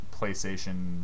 PlayStation